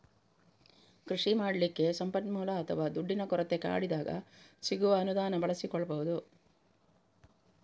ಕೃಷಿ ಮಾಡ್ಲಿಕ್ಕೆ ಸಂಪನ್ಮೂಲ ಅಥವಾ ದುಡ್ಡಿನ ಕೊರತೆ ಕಾಡಿದಾಗ ಸಿಗುವ ಅನುದಾನ ಬಳಸಿಕೊಳ್ಬಹುದು